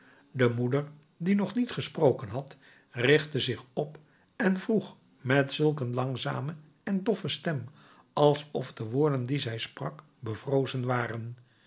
de moeder die nog niet gesproken had richtte zich op en vroeg met zulk een langzame en doffe stem alsof de woorden die zij sprak bevrozen waren